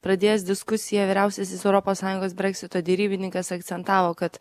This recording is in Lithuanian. pradėjęs diskusiją vyriausiasis europos sąjungos breksito derybininkas akcentavo kad